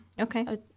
Okay